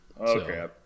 Okay